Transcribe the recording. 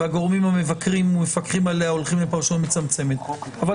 והגורמים המבקרים ומפקחים עליה הולכים לפרשנות מצמצמת אבל